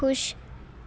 ਖੁਸ਼